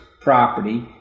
property